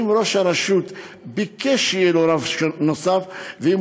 אם ראש הרשות ביקש שיהיה לו רב נוסף ואם